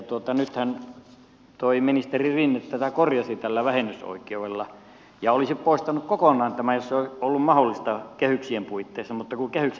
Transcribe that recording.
nythän ministeri rinne tätä korjasi tällä vähennysoikeudella ja olisi poistanut kokonaan tämän jos se olisi ollut mahdollista kehyksien puitteissa mutta kun kehykset tulivat vastaan